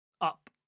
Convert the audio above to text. Up